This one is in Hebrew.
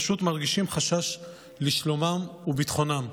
פשוט מרגישים חשש לשלומם וביטחונם.